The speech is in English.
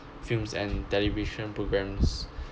films and television programs